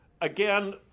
again